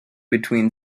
between